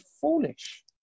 foolish